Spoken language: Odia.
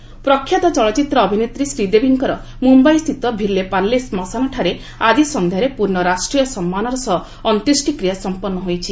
ଶ୍ରୀଦେବୀ ପ୍ରଖ୍ୟାତ ଚଳଚ୍ଚିତ୍ ଅଭିନେତ୍ନୀ ଶ୍ରୀଦେବୀଙ୍କର ମ୍ରମ୍ଘାଇସ୍ଥିତ ଭିଲେ ପାର୍ଲେ ଶ୍ମଶାନଠାରେ ଆଜି ସନ୍ଧ୍ୟାରେ ପୂର୍ଣ୍ଣ ରାଷ୍ଟ୍ରୀୟ ସମ୍ମାନର ସହ ଅନ୍ତ୍ୟେଷ୍ଟିକ୍ରିୟା ସମ୍ପନ୍ ହୋଇଛି